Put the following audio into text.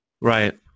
Right